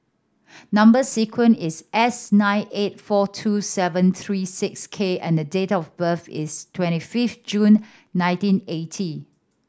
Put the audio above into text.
number sequence is S nine eight four two seven three six K and date of birth is twenty fifth June nineteen eighty